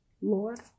Lord